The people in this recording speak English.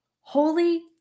holy